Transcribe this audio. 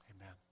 Amen